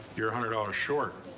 you're a hundred dollars short.